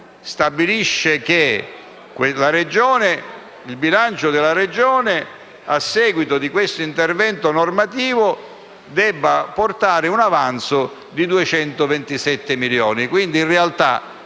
stabilisce che il bilancio della Regione, a seguito di quest'intervento normativo, debba portare un avanzo di 227 milioni; in realtà,